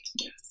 Yes